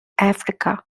africa